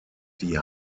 die